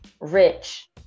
rich